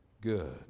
good